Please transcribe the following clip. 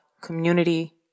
community